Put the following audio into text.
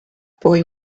boy